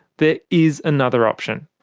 there is another option.